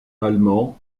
allemand